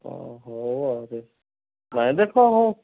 ହଁ ହଉ ଆହୁରି ନାଇ ଦେଖ ହୋ